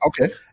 Okay